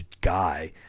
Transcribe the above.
guy